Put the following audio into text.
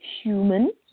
human